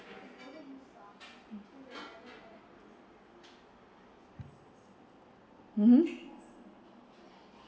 mmhmm